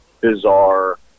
bizarre